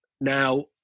Now